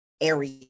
area